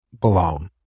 belong